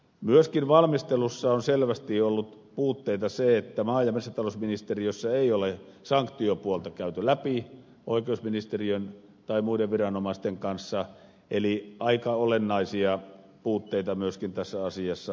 myöskin valmistelussa on selvästi ollut puutteena se että maa ja metsätalousministeriössä ei ole sanktiopuolta käyty läpi oikeusministeriön tai muiden viranomaisten kanssa eli aika olennaisia puutteita myöskin tässä asiassa on